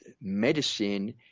medicine